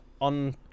on